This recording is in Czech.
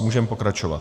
Můžeme pokračovat.